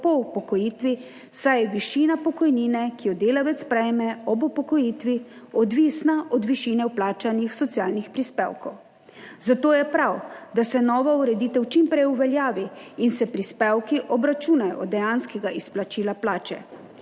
po upokojitvi, saj je višina pokojnine, ki jo delavec prejme ob upokojitvi, odvisna od višine vplačanih socialnih prispevkov. Zato je prav, da se nova ureditev čim prej uveljavi in se prispevki obračunajo od dejanskega izplačila plače.